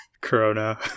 Corona